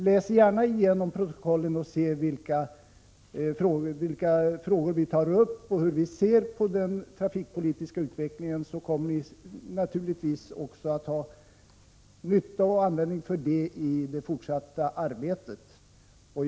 Läs gärna igenom protokollet och se vilka frågor vi har tagit upp och hur vi ser på den trafikpolitiska utvecklingen. Det kommer ni att ha nytta av och användning för i det fortsatta arbetet.